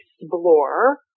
explore